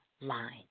line